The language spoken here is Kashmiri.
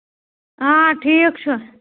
آ ٹھیٖک چھُ